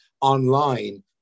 online